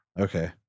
Okay